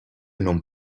non